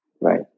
right